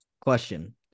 question